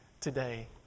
today